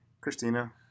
Christina